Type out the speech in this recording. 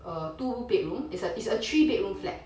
err two bedroom it's a it's a three bedroom flat